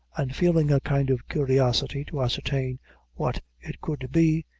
and feeling a kind of curiosity to ascertain what it could be,